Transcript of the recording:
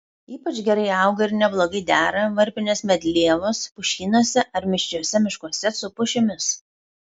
ypač gerai auga ir neblogai dera varpinės medlievos pušynuose ar mišriuose miškuose su pušimis